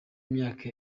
imyaka